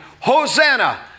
Hosanna